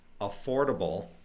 affordable